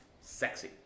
Sexy